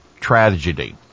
tragedy